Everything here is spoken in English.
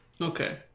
Okay